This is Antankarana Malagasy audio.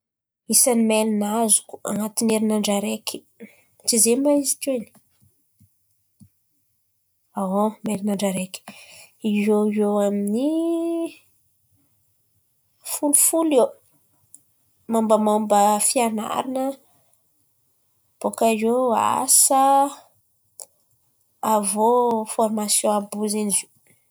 Isan'ny maily azoko an̈atin'ny herinandra araiky, tsy zen̈y ma izy teo in̈y? Herinandra araiky, eo ho eo amin'ny folo folo eo mombamomban'ny fian̈arana bôkà eo asa avy iô formasion àby ipo zen̈y izy io.